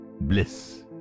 bliss